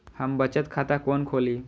हम बचत खाता कोन खोली?